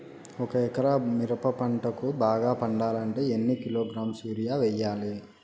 ఒక ఎకరా మిరప పంటకు బాగా పండాలంటే ఎన్ని కిలోగ్రామ్స్ యూరియ వెయ్యాలి?